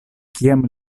kiam